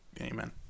Amen